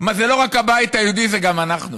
זה לא רק הבית היהודי, זה גם אנחנו.